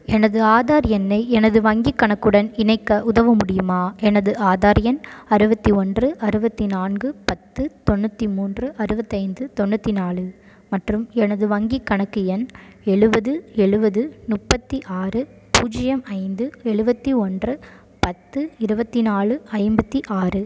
எனது ஆதார் எண்ணை எனது வங்கிக் கணக்குடன் இணைக்க உதவ முடியுமா எனது ஆதார் எண் அறுபத்தி ஒன்று அறுபத்தி நான்கு பத்து தொண்ணூற்றி மூன்று அறுபத்தி ஐந்து தொண்ணூற்றி நாலு மற்றும் எனது வங்கிக் கணக்கு எண் எழுபது எழுபது முப்பத்தி ஆறு பூஜ்ஜியம் ஐந்து எழுபத்தி ஒன்று பத்து இருபத்தி நாலு ஐம்பத்தி ஆறு